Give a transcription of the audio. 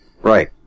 Right